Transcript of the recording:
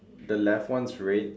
the left one is red